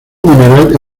mineral